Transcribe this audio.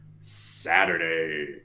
Saturday